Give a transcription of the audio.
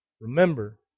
remember